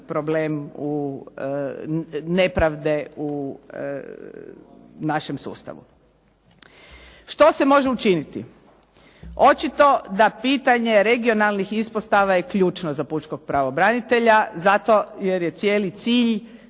problem nepravde u našem sustavu. Što se može učiniti? Očito da pitanje regionalnih ispostava je ključno za pučkog pravobranitelja zato jer je cijeli cilj